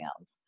else